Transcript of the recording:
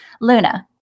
Luna